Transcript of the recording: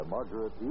Margaret